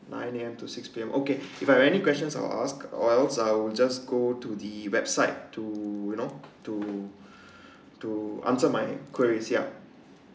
nine A_M to six P_M okay if I any questions I will ask or else I will just go to the website to you know to to answer my queries ya